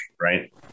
right